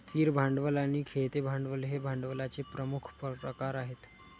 स्थिर भांडवल आणि खेळते भांडवल हे भांडवलाचे प्रमुख प्रकार आहेत